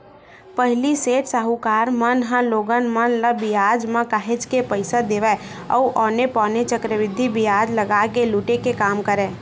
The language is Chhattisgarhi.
पहिली सेठ, साहूकार मन ह लोगन मन ल बियाज म काहेच के पइसा देवय अउ औने पौने चक्रबृद्धि बियाज लगा के लुटे के काम करय